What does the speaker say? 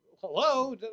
hello